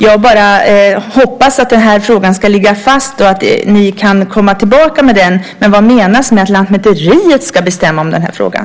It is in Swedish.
Jag hoppas att den frågan ska ligga fast och att ni kan komma tillbaka med den. Vad menas med att Lantmäteriet ska bestämma i den här frågan?